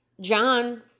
John